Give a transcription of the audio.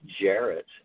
Jarrett